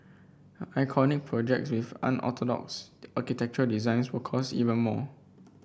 iconic projects with unorthodox architectural designs will cost even more